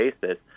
basis